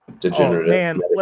Degenerative